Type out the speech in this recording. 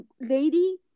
lady